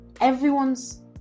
everyone's